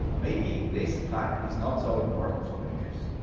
maybe this fact is not so important for makers.